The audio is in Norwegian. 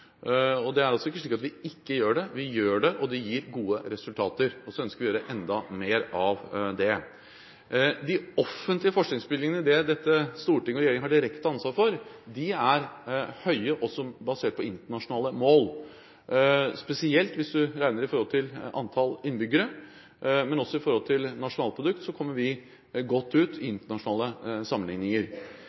og legger til rette for mer innovasjon. Det er altså ikke slik at vi ikke gjør det. Vi gjør det, og det gir gode resultater. Og så ønsker vi å gjøre enda mer av det. De offentlige forskningsbevilgningene – det er det dette storting og regjeringen har direkte ansvar for – er høye også basert på internasjonale mål. Spesielt hvis du regner i forhold til antall innbyggere, men også i forhold til nasjonalprodukt, kommer vi godt ut i internasjonale sammenligninger.